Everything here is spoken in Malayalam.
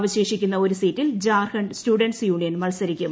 അവശേഷിക്കുന്ന ഒരു സീറ്റിൽ ജാർഖണ്ഡ് സ്റ്റുഡൻസ് യൂണിയൻ മത്സരിക്കും